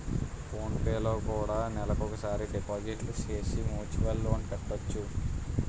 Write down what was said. phone పేలో కూడా నెలకోసారి డిపాజిట్లు సేసి మ్యూచువల్ లోన్ పెట్టొచ్చు